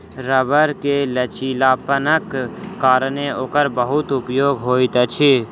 रबड़ के लचीलापनक कारणेँ ओकर बहुत उपयोग होइत अछि